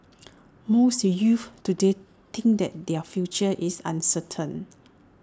most youths today think that their future is uncertain